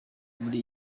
muri